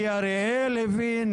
כי אריאל הבין,